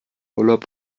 urlaub